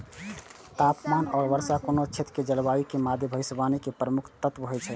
तापमान आ वर्षा कोनो क्षेत्रक जलवायु के मादे भविष्यवाणी के प्रमुख तत्व होइ छै